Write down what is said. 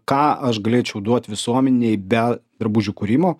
ką aš galėčiau duot visuomenei be drabužių kūrimo